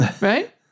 right